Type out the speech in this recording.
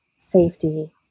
safety